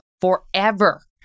forever